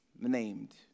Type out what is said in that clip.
named